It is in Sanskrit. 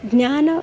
ज्ञानं